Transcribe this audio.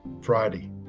Friday